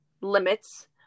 limits